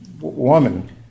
woman